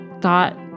thought